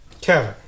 Kevin